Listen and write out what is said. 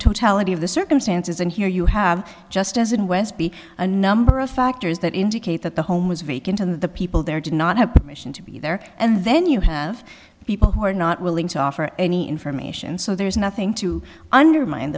totality of the circumstances and here you have just as in westby a number of factors that indicate that the home was vacant and the people there did not have permission to be there and then you have people who are not willing to offer any information so there is nothing to undermine